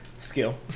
Skill